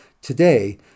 Today